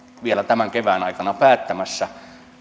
vielä tämän kevään aikana päättämässä